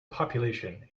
population